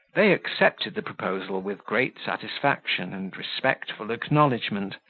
they accepted the proposal with great satisfaction and respectful acknowledgment,